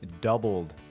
doubled